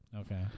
Okay